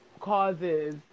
causes